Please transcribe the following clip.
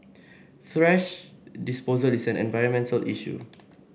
thrash disposal is an environmental issue